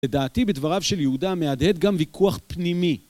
לדעתי, בדבריו של יהודה, מהדהד גם ויכוח פנימי.